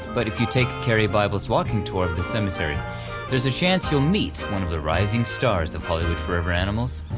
but if you take karie bible's walking tour of the cemetery there's a chance you'll meet one of the rising stars of hollywood forever animals,